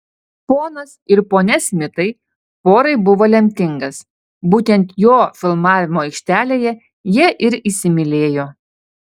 ponas ir ponia smitai porai buvo lemtingas būtent jo filmavimo aikštelėje jie ir įsimylėjo